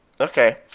Okay